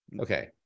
Okay